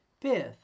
Fifth